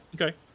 Okay